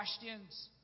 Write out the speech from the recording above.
questions